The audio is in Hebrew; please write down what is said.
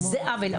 זה עוול.